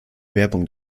werbung